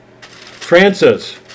Francis